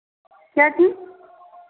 क्या चीज़